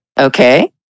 Okay